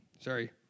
Sorry